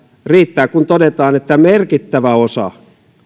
riittää kun todetaan että merkittävä osa